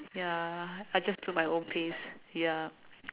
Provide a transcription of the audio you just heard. ya I just do at my own pace ya